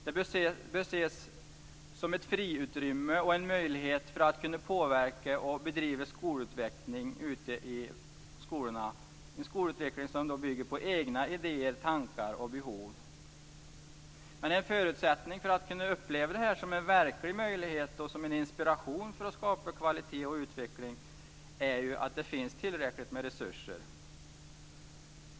Det bör ses som ett friutrymme och en möjlighet att påverka och bedriva skolutveckling ute på skolorna - en skolutveckling som bygger på egna idéer, tankar och behov. En förutsättning för att kunna uppleva det här som en verklig möjlighet och som en inspiration till att skapa kvalitet och utveckling är att det finns tillräckligt med resurser.